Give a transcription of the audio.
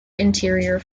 interior